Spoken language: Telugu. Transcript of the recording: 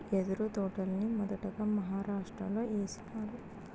యెదురు తోటల్ని మొదటగా మహారాష్ట్రలో ఏసినారు